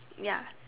ya